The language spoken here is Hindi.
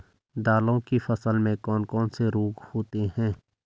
दालों की फसल में कौन कौन से रोग होते हैं?